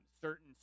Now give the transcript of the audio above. certain